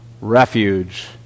refuge